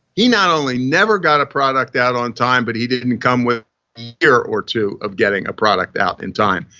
he not only never got a product out on time, but he didn't come within a year or two of getting a product out in time.